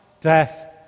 death